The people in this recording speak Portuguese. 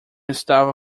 estava